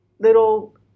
little